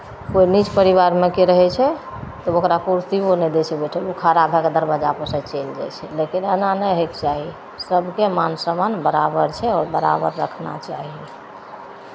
कोइ नीँच परिवारमे कोइ रहै छै तब ओकरा कुर्सीओ नहि दए दै छै बैठय लेल ओ खड़ा भए कऽ दरवाजापर सँ चलि जाइ छै लेकिन एना नहि होयके चाही सभके मान सम्मान बराबर छै आओर बराबर रखना चाही